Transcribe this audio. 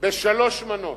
בשלוש מנות,